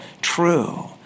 true